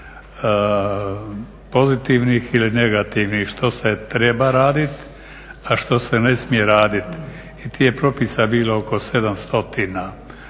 pozitivnih ili negativnih što se treba raditi a što se ne smije raditi. I tih je propisa bilo oko 7